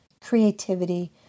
creativity